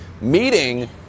meeting